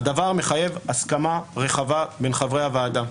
והדבר מחייב הסכמה רחבה בין חברי הוועדה.